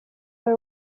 nawe